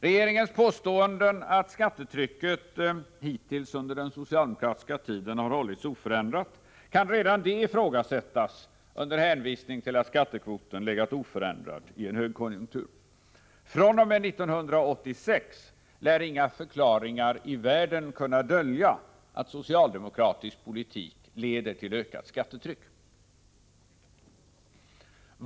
Redan regeringens påstående att skattetrycket hållits oförändrat kan ifrågasättas under hänvisning till att skattekvoten legat oförändrad i en högkonjunktur. fr.o.m. 1986 lär inga förklaringar i världen kunna dölja att socialdemokratisk politik leder till ökat skattetryck.